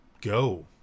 go